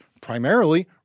primarily